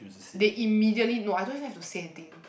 they immediately know I don't even have to say anything